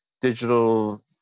digital